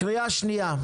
קריאה שנייה.